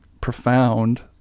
profound